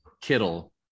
Kittle